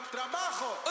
Trabajo